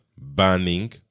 burning